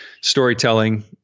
storytelling